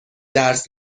درس